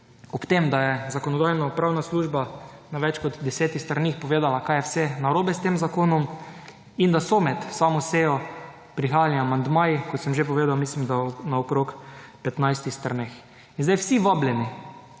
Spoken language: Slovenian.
Ob tem, da je Zakonodajno-pravna služba na več kot 10 straneh povedala, kaj je vse narobe s tem zakonom in da so med samo sejo prihajali amandmaji, kot sem že povedal, mislim da, na okrog 15 straneh. In zdaj vsi vabljeni,